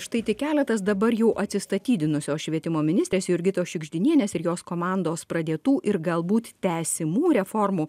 štai tik keletas dabar jau atsistatydinusio švietimo ministrės jurgitos šiugždinienės ir jos komandos pradėtų ir galbūt tesimų reformų